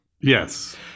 Yes